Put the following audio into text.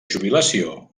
jubilació